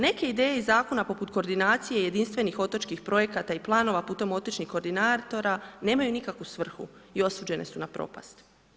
Neke ideje iz Zakon poput koordinacije jedinstvenih otočkih projekata i planova putem otočnih koordinatora nemaju nikakvu svrhu i osuđene su na propast.